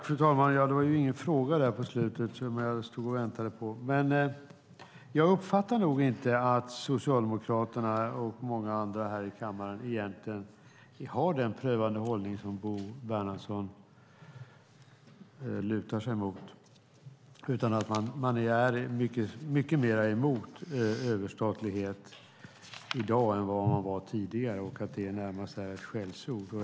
Fru talman! Det var ingen fråga på slutet som jag stod och väntade på. Men jag uppfattar nog inte att Socialdemokraterna och många andra här i kammaren egentligen vill ha den prövande hållning som Bo Bernhardsson lutar sig mot, utan att man är mycket mer emot överstatlighet i dag än vad man var tidigare och att överstatlighet närmast är ett skällsord.